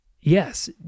yes